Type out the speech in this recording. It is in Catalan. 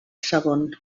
segon